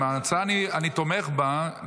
ההצעה, אני תומך בה.